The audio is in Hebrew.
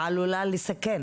ועלולה לסכן